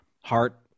heart